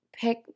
pick